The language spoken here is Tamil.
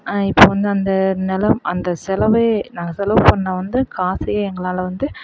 இப்போ வந்து அந்த நிலம் அந்த செலவே நாங்கள் செலவுப் பண்ண வந்து காசே எங்களால் வந்து